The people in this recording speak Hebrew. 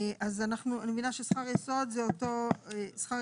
אז אנחנו, אני מבינה ששכר יסוד זה אותו הסבר,